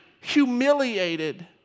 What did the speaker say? humiliated